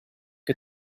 che